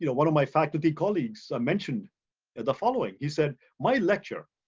you know one of my faculty colleagues mentioned and the following. he said, my lecture.